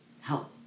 help